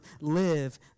live